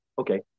Okay